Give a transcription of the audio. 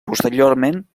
posteriorment